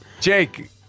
Jake